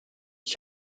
ich